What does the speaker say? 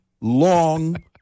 long